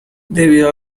debido